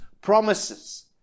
promises